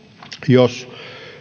jos